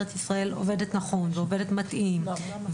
ישראל עובדת נכון ועובדת מתאים --- למה?